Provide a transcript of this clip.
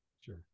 Sure